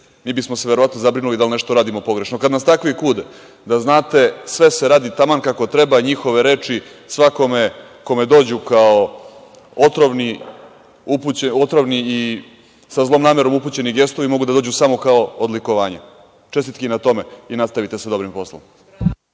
mi bismo se verovatno zabrinuli da li nešto radimo pogrešno. Kad nas takvi kude, da znate, sve se radi taman kako treba a njihove reči svakome kome dođu kao otrovni i sa zlom namerom upućeni gestovi, mogu da dođu samo kao odlikovanje. Čestitke i na tome i nastavite sa dobrim poslom.